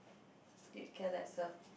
need care lesser